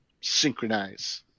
synchronize